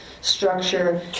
structure